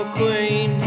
queen